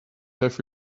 have